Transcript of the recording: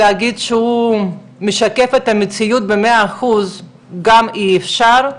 להגיד שהוא משקף את המציאות ב-100% גם אי אפשר,